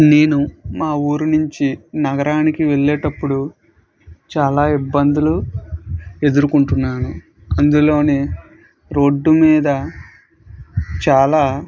నేను మా ఊరు నుంచి నగరానికి వెళ్ళేటప్పుడు చాలా ఇబ్బందులు ఎదుర్కొంటున్నాను అందులో రోడ్డుమీద చాలా